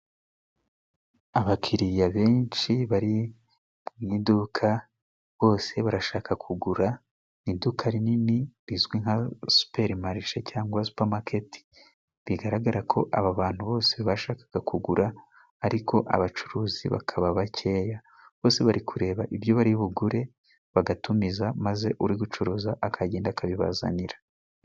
Abakiriya benshi bari mu iduka, bose barashaka kugura. Ni iduka rinini rizwi nka superi marishe cyangwa supamaketi. Bigaragara ko aba bantu bose bashakaga kugura, ariko abacuruzi bakaba bakeya. Bose bari kureba ibyo bari bugure, bagatumiza maze uri gucuruza akagenda akabibazanira.